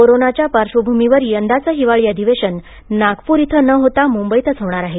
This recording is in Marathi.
कोरोनाच्या पार्श्वभूमीवर यंदाचे हिवाळी अधिवेशन नागपूर येथे न होता मुंबईतच होणार आहे